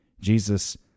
Jesus